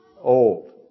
old